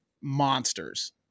monsters